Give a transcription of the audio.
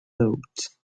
thought